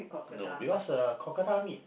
no because uh crocodile meat